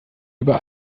über